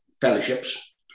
fellowships